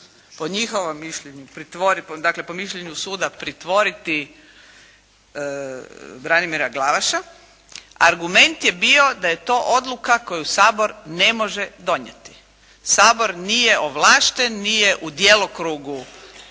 po mišljenju suda pritvoriti Branimira Glavaša, argument je bio da je to odluka koju Sabor ne može donijeti. Sabor nije ovlašten, nije u djelokrugu